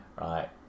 Right